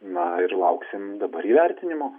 na ir lauksim dabar įvertinimo